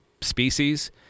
species